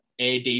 AD